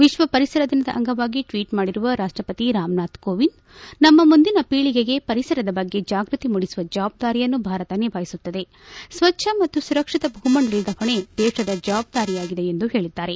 ವಿಶ್ವ ಪರಿಸರ ದಿನದ ಅಂಗವಾಗಿ ಟ್ವೀಟ್ ಮಾಡಿರುವ ರಾಷ್ವಪತಿ ರಾಮ್ನಾಥ ಕೋವಿಂದ್ ನಮ್ಮ ಮುಂದಿನ ಪೀಳಗೆಗೆ ಪರಿಸರದ ಬಗ್ಗೆ ಜಾಗೃತಿ ಮೂಡಿಸುವ ಜವಾಬ್ದಾರಿಯನ್ನು ಭಾರತ ನಿಭಾಯಿಸುತ್ತದೆ ಸ್ವಜ್ಞ ಮತ್ತು ಸುರಕ್ಷಿತ ಭೂಮಂಡಲದ ಹೊಣೆ ದೇಶದ ಜವಾಬ್ದಾರಿಯಾಗಿದೆ ಎಂದು ಹೇಳದ್ದಾರೆ